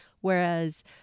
Whereas